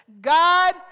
God